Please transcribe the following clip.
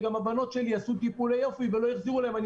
וגם הבנות שלי עשו טיפולי יופי ולא החזירו להן את הכסף,